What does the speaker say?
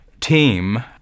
team